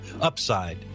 upside